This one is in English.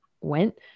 went